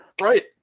Right